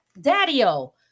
Daddy-O